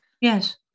Yes